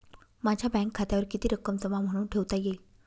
माझ्या बँक खात्यावर किती रक्कम जमा म्हणून ठेवता येईल?